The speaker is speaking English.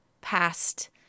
past